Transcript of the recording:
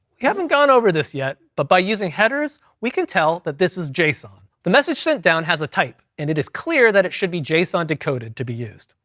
we haven't gone over this yet, but by using headers we can tell that this is json. the message sent down has a type, and it is clear that it should be json decoded to be used,